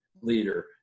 leader